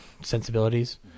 sensibilities